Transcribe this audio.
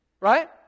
Right